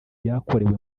byakorewe